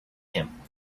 him